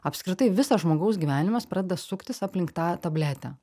apskritai visas žmogaus gyvenimas pradeda suktis aplink tą tabletę